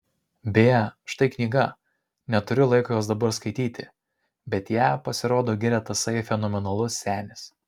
beje štai knyga neturiu laiko jos dabar skaityti bet ją pasirodo giria tasai fenomenalus senis